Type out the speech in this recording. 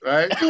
Right